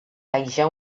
haja